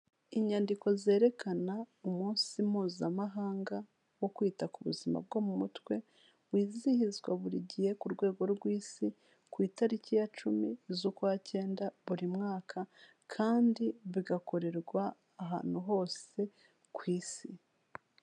Inyandiko zerekana umunsi mpuzamahanga wo kwita ku buzima bwo mu mutwe, wizihizwa buri gihe ku rwego rw'Isi, ku itariki ya cumi z'ukwa cyenda buri mwaka kandi bigakorerwa ahantu hose ku Isi.